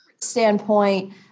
standpoint